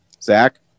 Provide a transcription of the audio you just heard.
Zach